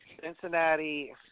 Cincinnati